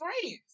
friends